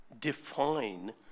define